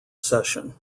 session